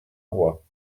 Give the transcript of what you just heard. roi